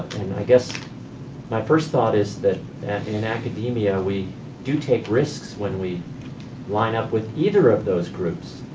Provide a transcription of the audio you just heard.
i guess my first thought is that in academia we do take risks when we line up with either of those groups.